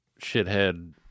shithead